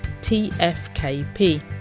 TFKP